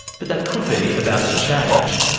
but that could be about to change.